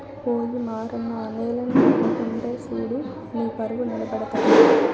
ఓయి మారన్న నేలని నమ్ముకుంటే సూడు నీపరువు నిలబడతది